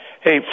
Hey